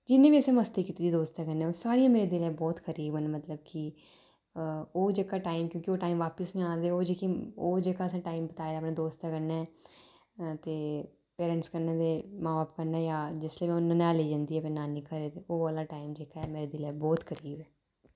जिन्नी बी असें मस्ती कीती दी दोस्तें कन्नै ओह् सारियां मेरे दिले दे बहुत करीब न मतलब कि ओह् जेह्का टाइम क्यूंकि ओह् टाइम बापस निं औना ते ओह् जेह्की ओह् जेह्का असें टाइम बिताया अपने दोस्तें कन्नै ते पेरेंट्स कन्नै ते मां बाब्ब कन्नै जां जिसलै बी अ'ऊं ननैह्लियें जंदी अपने नानी घर ते ओह् आह्ला टाइम जेह्का ऐ मेरे दिल दे बहुत करीब ऐ